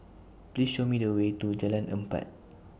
Please Show Me The Way to Jalan Empat